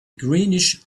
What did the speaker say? greenish